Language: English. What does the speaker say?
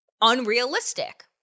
unrealistic